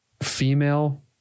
female